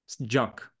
junk